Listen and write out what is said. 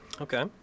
Okay